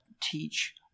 teach